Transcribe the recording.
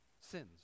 sins